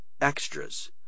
extras